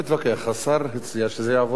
השר הציע שזה יעבור לוועדת העבודה.